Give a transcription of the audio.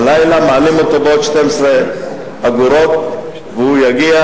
הלילה מעלים אותו בעוד 12 אגורות והוא יגיע